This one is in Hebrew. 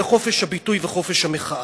זה חופש הביטוי וחופש המחאה.